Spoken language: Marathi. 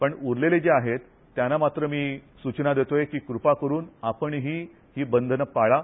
पण उरलेले जे आहेत त्यांना मात्र मी सूचना देतोय की कृपा करुन आपण ही बंधनं पाळा